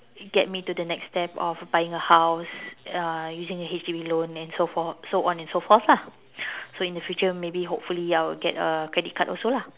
get me to the next step of buying a house uh using a H_D_B loan and so forth and so on and so forth lah so in the future hopefully maybe I will get a credit card also lah